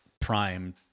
prime